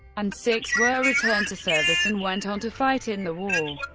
and six were returned to service and went on to fight in the war.